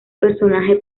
personaje